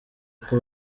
uko